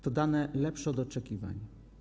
To dane lepsze od oczekiwań.